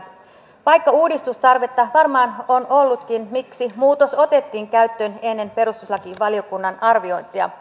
vaikka uudistustarvetta varmaan on ollutkin miksi muutos otettiin käyttöön ennen perustuslakivaliokunnan arviointia